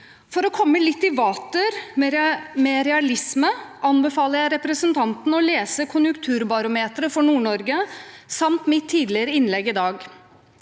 For å komme litt i vater med realisme anbefaler jeg representanten å lese konjunkturbarometeret for Nord-Norge samt mitt innlegg tidligere i dag.